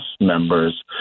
members